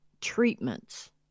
treatments